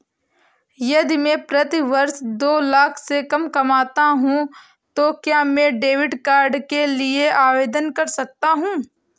यदि मैं प्रति वर्ष दो लाख से कम कमाता हूँ तो क्या मैं क्रेडिट कार्ड के लिए आवेदन कर सकता हूँ?